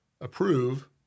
Approve